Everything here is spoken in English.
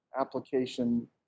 application